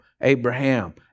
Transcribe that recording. Abraham